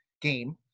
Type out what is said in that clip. game